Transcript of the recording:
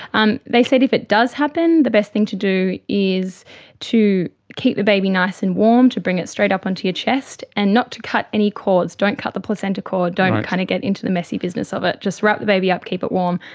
and they said if it does happen, the best thing to do is to keep the baby nice and warm, to bring it straight up onto your chest, and not to cut any cords, don't cut the placenta cord, don't kind of get into the messy business of it, just wrap the baby up, keep it warm,